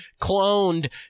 cloned